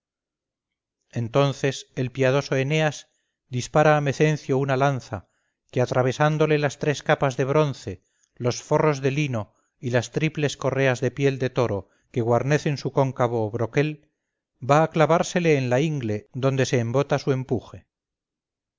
entonces el piadoso eneas dispara a mecencio una lanza que atravesándole las tres chapas de bronce los forros de lino y las triples correas de piel de toro que guarnecen su cóncavo broquel va a clavársele en la ingle donde se embota su empuje